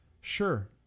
Sure